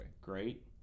Great